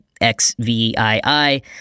X-V-I-I